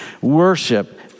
worship